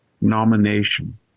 nomination